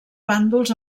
bàndols